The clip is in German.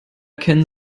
kennen